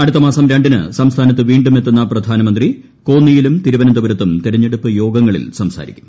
അടുത്ത മാസ്പും രണ്ടിന് സംസ്ഥാനത്ത് വീണ്ടും എത്തുന്ന പ്രധാനമന്ത്രി കോന്നിയിലും തിരുവനന്തപുരത്തും തെരഞ്ഞെടുപ്പ് യോഗങ്ങളിൽ സംസ്പാരിക്കും